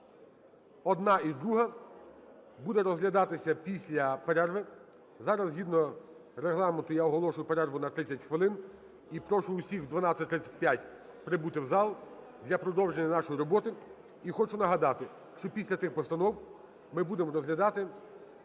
Одна і друга будуть розглядатися після перерви. Зараз згідно Регламенту я оголошую перерву на 30 хвилин. І прошу усіх в 12:35 прибути в зал для продовження нашої роботи. І хочу нагадати, що після тих постанов ми будемо розглядати